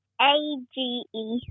A-G-E